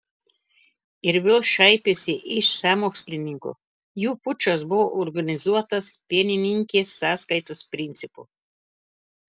ir vėl šaipėsi iš sąmokslininkų jų pučas buvo organizuotas pienininkės sąskaitos principu